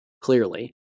clearly